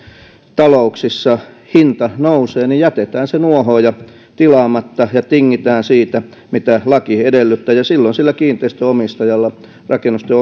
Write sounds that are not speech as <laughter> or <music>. talouksissa hinta nousee niin jätetään se nuohooja tilaamatta ja tingitään siitä mitä laki edellyttää ja silloin sillä kiinteistön omistajalla rakennusten <unintelligible>